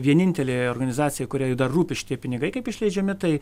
vienintelė organizacija kuriai dar rūpi šitie pinigai kaip išleidžiami tai